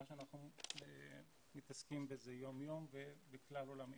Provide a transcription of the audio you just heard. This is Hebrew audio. שאנחנו מתעסקים בזה יום יום וכלל עולמית.